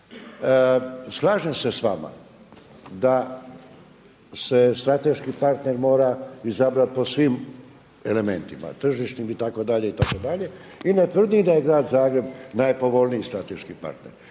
Slažem se s vama da se strateški partner mora izabrati po svim elementima, tržišnim itd., itd., i ne tvrdim da je grad Zagreb najpovoljniji strateški partner.